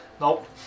nope